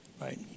Right